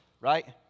right